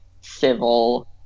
civil